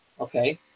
okay